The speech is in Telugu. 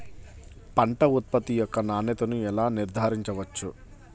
పంట ఉత్పత్తి యొక్క నాణ్యతను ఎలా నిర్ధారించవచ్చు?